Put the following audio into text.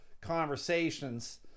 conversations